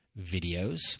videos